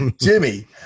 jimmy